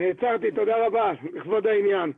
תודה רבה, נעצרתי לכבוד העניין.